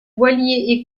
voilier